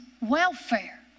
welfare